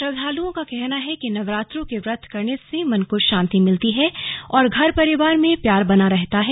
श्रद्वालुओं का कहना है कि नवरात्रों के व्रत करने से मन को शांति मिलती है और घर परिवार में प्यार बना रहता है